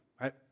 right